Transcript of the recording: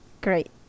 great